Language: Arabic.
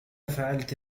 فعلت